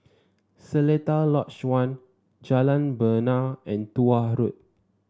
Seletar Lodge One Jalan Bena and Tuah Road